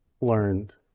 learned